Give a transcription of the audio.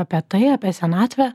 apie tai apie senatvę